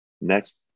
next